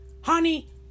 Honey